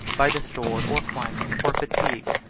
by the sword, or climate, or fatigue,